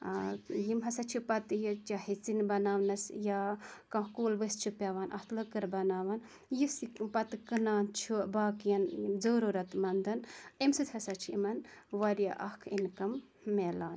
یِم ہَسا چھِ پَتہٕ یہِ چاہے ژِنہِ بَناوَنَس یا کانٛہہ کُل ؤسۍ چھُ پٮ۪وان اَتھ لٔکٕر بَناوان یُس یہِ پَتہٕ کٕنان چھُ باقیَن ضروٗرَت مَندَن امہِ سۭتۍ ہَسا چھ یِمَن واریاہ اَکھ اِنکَم مِلان